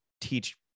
teach